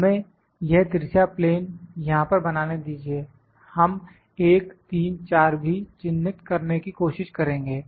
हमें यह तिरछा प्लेन यहां पर बनाने दीजिए हम 1 3 4 भी चिन्हित करने की कोशिश करेंगे